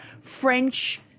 French